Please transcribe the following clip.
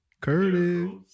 Curtis